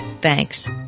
Thanks